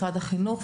משרד החינוך.